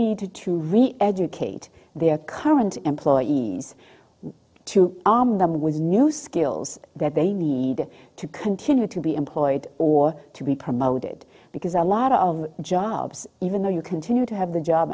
really educate their current employees to arm them with new skills that they need to continue to be employed or to be promoted because a lot of jobs even though you continue to have the job